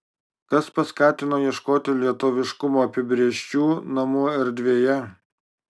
kas paskatino ieškoti lietuviškumo apibrėžčių namų erdvėje